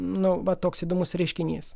nu va toks įdomus reiškinys